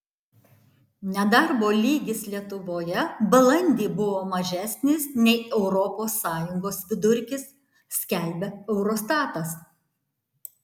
nedarbo lygis lietuvoje balandį buvo mažesnis nei europos sąjungos vidurkis skelbia eurostatas